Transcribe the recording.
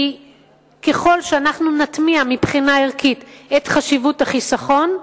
כי ככל שאנחנו נטמיע מבחינה ערכית את חשיבות החיסכון,